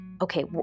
okay